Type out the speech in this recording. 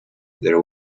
there